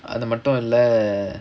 அது மட்டும் இல்ல:athu mattum illa